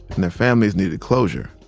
and their families needed closure.